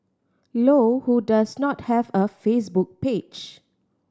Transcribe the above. low who does not have a Facebook page